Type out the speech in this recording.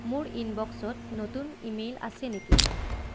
মোৰ ইনবক্সত নতুন ইমেইল আছে নেকি